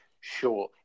sure